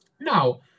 Now